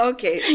Okay